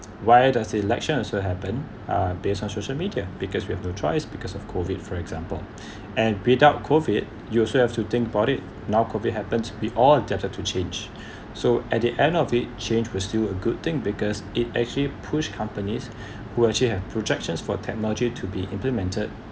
while does election also happen uh based on social media because we have no choice because of COVID for example and without COVID you also have to think about it now COVID happens we all adapted to change so at the end of it change was still a good thing because it actually pushed companies who actually have projections for technology to be implemented